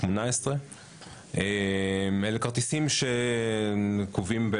18. אלה כרטיסים שנקובים,